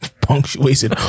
punctuation